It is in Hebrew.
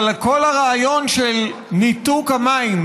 אבל כל הרעיון של ניתוק המים,